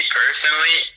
personally